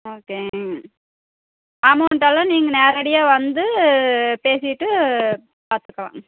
okay அமௌண்ட்டெல்லாம் நீங்கள் நேரடியாக வந்து பேசிவிட்டு பார்த்துக்கலாம்